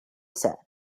said